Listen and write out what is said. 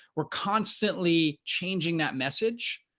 we're constantly changing that message.